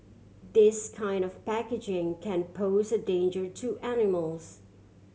this kind of packaging can pose a danger to animals